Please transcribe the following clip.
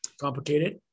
Complicated